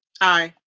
aye